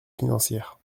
financières